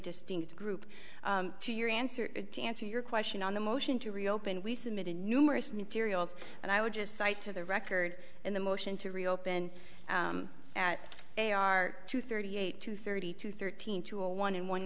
distinct group to your answer to answer your question on the motion to reopen we submitted numerous materials and i would just cite to the record in the motion to reopen they are to thirty eight to thirty two thirteen to a one in one